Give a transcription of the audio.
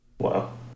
Wow